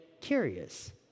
curious